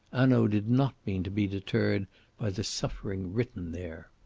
hanaud did not mean to be deterred by the suffering written there.